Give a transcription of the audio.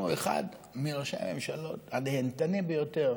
הוא אחד מראשי הממשלות הנהנתנים ביותר,